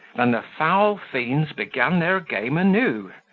than the foul fiends began their game anew.